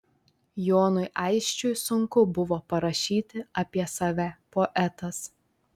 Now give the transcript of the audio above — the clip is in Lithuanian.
jonui aisčiui sunku buvo parašyti apie save poetas